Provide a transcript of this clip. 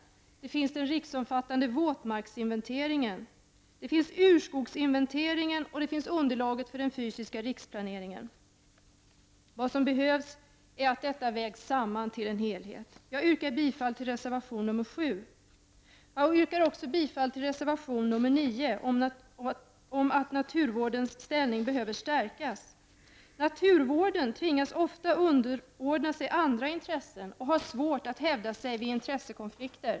Vi har den riksomfattande våtmarksinventeringen. Vi har urskogsinventeringen och underlaget för den fysiska riksplaneringen. Vad som behövs är att allt detta vägs samman till en helhet. Jag yrkar bifall till reservation nr 7. Jag yrkar också bifall till reservation nr 9, som handlar om att naturvårdens ställning behöver stärkas. Naturvården tvingas ofta underordna sig andra intressen och har svårt att hävda sig vid intressekonflikter.